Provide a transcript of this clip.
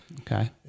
Okay